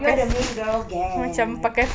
you're the main girl gang like